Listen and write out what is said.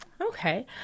Okay